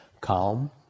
Calm